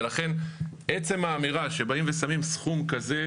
לכן עצם האמירה שבאים ושמים סכום כזה,